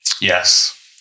Yes